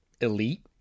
elite